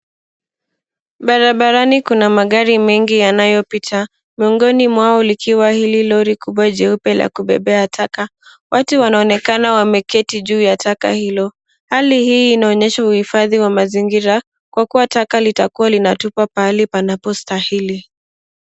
Barabarani kuna magari mengi yanayopita, miongoni mwao likiwa hili lori kubwa jeupe la kubebea taka. Watu wanaonekana wameketi juu ya taka hilo. Hali hii inaonyesha uhifadhi wa mazingira kwa kuwa taka litakuwa linatupwa pahali panapostahili.